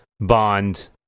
Bond